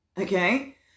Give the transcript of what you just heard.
Okay